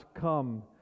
come